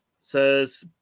says